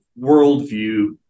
worldview